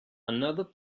another